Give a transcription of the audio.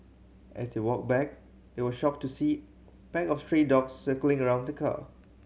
as they walked back they were shocked to see pack of stray dogs circling around the car